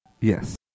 Yes